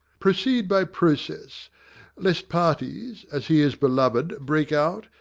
proceed by process lest parties as he is belov'd break out,